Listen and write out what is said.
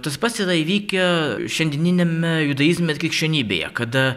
tas pats yra įvykę šiandieniniame judaizme krikščionybėje kada